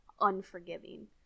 unforgiving